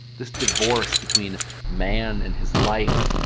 this divorce between man and his life,